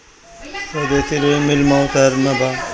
स्वदेशी रुई मिल मऊ शहर में बा